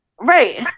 Right